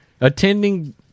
attending